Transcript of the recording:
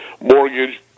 mortgage